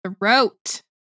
throat